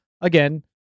again